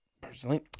personally